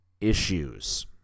issues